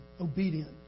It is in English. obedient